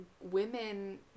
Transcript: women